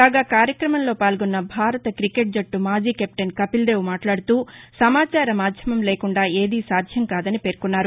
కాగా కార్యక్రమంలో పాల్గొన్న భారత క్రికెట్ జట్టు మాజీ కెప్టెన్ కపిల్దేవ్ మాట్లాడుతూసమాచారీ మాధ్యమంలేకుండా ఏదీ సాధ్యంకాదని పేర్కొన్నారు